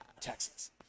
Texas